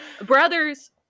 Brothers